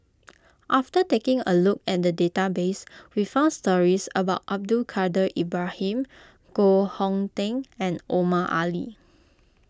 after taking a look at the database we found stories about Abdul Kadir Ibrahim Koh Hong Teng and Omar Ali